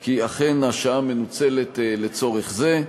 כי אכן השעה מנוצלת לצורך זה.